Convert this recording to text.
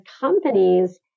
companies